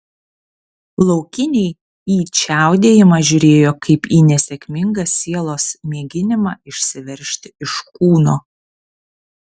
laukiniai į čiaudėjimą žiūrėjo kaip į nesėkmingą sielos mėginimą išsiveržti iš kūno